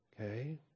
Okay